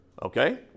Okay